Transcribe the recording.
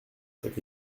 cet